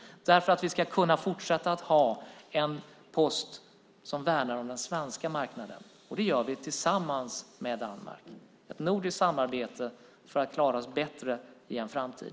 Vi vill kunna fortsätta att ha en post som värnar den svenska marknaden. Det gör vi tillsammans med Danmark i ett nordiskt samarbete för att klara oss bättre i en framtid.